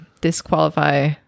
disqualify